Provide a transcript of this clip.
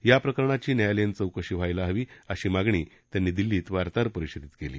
या प्रकरणाची न्यायालयीन चौकशी व्हायला हवी अशी मागणी त्यांनी दिल्लीत वार्ताहर परिषदेत केली